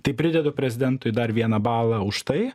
tai pridedu prezidentui dar vieną balą užtai